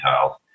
tiles